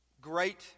great